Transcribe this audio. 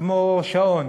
כמו שעון